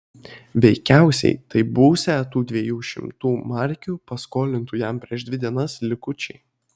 veikiausiai tai būsią tų dviejų šimtų markių paskolintų jam prieš dvi dienas likučiai